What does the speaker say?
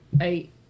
eight